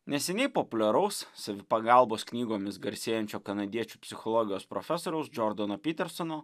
neseniai populiaraus savipagalbos knygomis garsėjančio kanadiečių psichologijos profesoriaus džordano pitersono